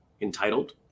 entitled